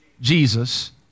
Jesus